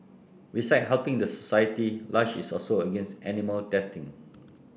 besides helping the society Lush is also against animal testing